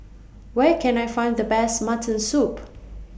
Where Can I Find The Best Mutton Soup